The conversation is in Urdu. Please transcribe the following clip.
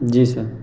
جی سر